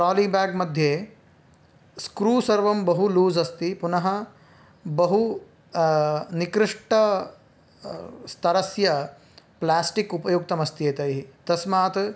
ट्रालिब्याग्मध्ये screw सर्वं बहु loose अस्ति पुनः बहु निकृष्टस्तरस्य प्लास्टिक् उपयुक्तमस्ति यतैः तस्मात्